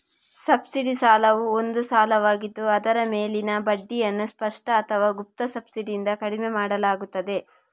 subsidy ಸಾಲವು ಒಂದು ಸಾಲವಾಗಿದ್ದು ಅದರ ಮೇಲಿನ ಬಡ್ಡಿಯನ್ನು ಸ್ಪಷ್ಟ ಅಥವಾ ಗುಪ್ತ ಸಬ್ಸಿಡಿಯಿಂದ ಕಡಿಮೆ ಮಾಡಲಾಗುತ್ತದೆ